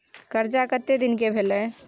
कर्जा कत्ते दिन के भेलै?